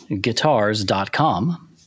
guitars.com